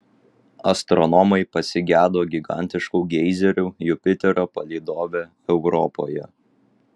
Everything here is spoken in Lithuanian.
astronomai pasigedo gigantiškų geizerių jupiterio palydove europoje